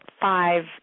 five